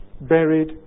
buried